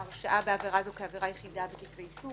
הרשאה בעבירה הזאת כעבירה היחידה בכתבי אישום